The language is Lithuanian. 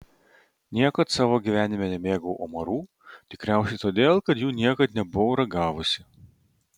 niekad savo gyvenime nemėgau omarų tikriausiai todėl kad jų niekad nebuvau ragavusi